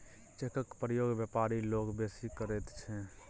चेकक प्रयोग बेपारी लोक बेसी करैत छै